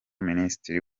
ministre